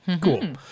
Cool